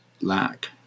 lack